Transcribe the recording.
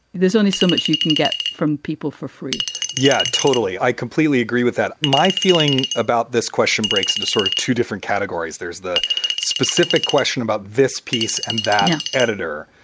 there's only so much you can get from people for free yeah, totally. i completely agree with that. my feeling about this question breaks into sort of two different categories. there's the specific question about this piece and that editor